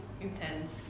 intense